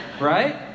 right